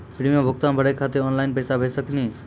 Premium भुगतान भरे के खातिर ऑनलाइन पैसा भेज सकनी?